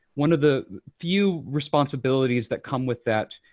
one of the few responsibilities that come with that,